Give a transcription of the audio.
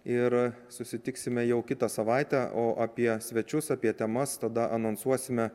ir susitiksime jau kitą savaitę o apie svečius apie temas tada anonsuosime